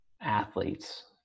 athletes